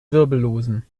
wirbellosen